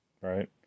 Right